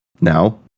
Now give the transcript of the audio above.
Now